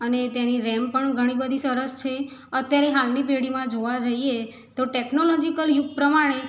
અને તેની રેમ પણ ઘણી બધી સરસ છે અત્યારે હાલની પેઢીમાં જોવા જઈએ તો ટેક્નોલોજીકલ યુગ પ્રમાણે